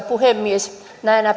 puhemies näinä